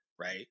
Right